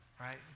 right